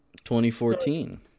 2014